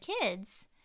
kids